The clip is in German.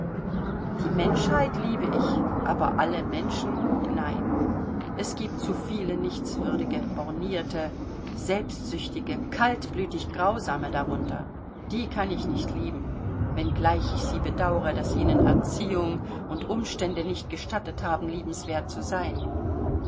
die menschheit liebe ich aber alle menschen nein es gibt zu viele nichtswürdige bornierte selbstsüchtige kaltblütig grausame darunter die kann ich nicht lieben wenngleich ich sie bedaure daß ihnen erziehung und umstände nicht gestattet haben liebwert zu sein